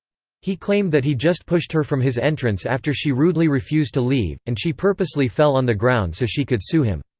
he claimed that he just pushed her from his entrance after she rudely refused to leave, and she purposely fell on the ground so she could sue him.